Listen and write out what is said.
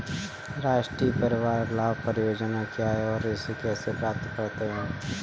राष्ट्रीय परिवार लाभ परियोजना क्या है और इसे कैसे प्राप्त करते हैं?